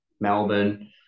melbourne